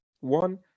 one